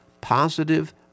positive